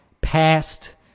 past